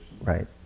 Right